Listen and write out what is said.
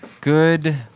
Good